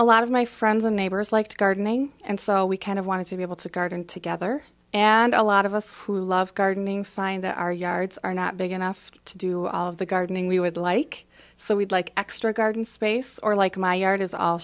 a lot of my friends and neighbors like gardening and so we kind of wanted to be able to garden together and a lot of us who love gardening find that our yards are not big enough to do all of the gardening we would like so we'd like extra garden space or like my yard is all